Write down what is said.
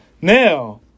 Now